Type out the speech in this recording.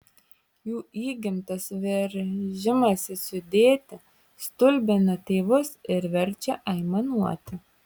jų įgimtas veržimasis judėti stulbina tėvus ir verčia aimanuoti